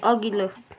अघिल्लो